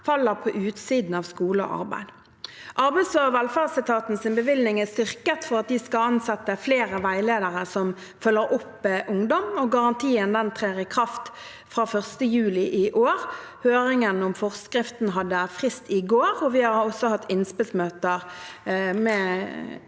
faller på utsiden av skole og arbeid. Arbeids- og velferdsetatens bevilgning er styrket for at de skal ansette flere veiledere som følger opp ungdom. Garantien trer i kraft fra 1. juli i år. Høringen om forskriften hadde frist i går. Vi har også hatt innspillsmøter med